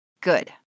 Good